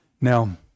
Now